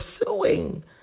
pursuing